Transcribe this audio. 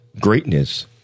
Greatness